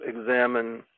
examine